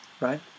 right